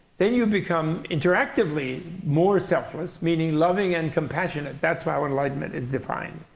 then you become interactively more selfless, meaning loving and compassionate. that's how enlightenment is defined.